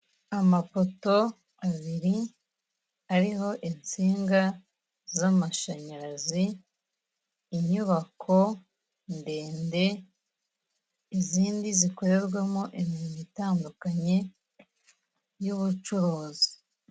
Amapoto abiri ariho insinga z'amashanyarazi, inyubako ndende, izindi zikorerwamo imirimo itandukanye y'ubucuruzi.